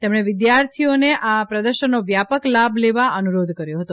તેમણે વિદ્યાર્થીઓને આ પ્રદર્શનનો વ્યાપક લાભ લેવા અનુરોધ કર્યો હતો